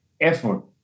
effort